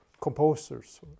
composers